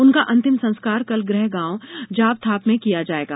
उनका अंतिम संस्कार कल गृह गांव जापथाप मे किया जाएगा